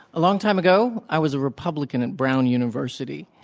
a long time ago, i was a republican at brown university.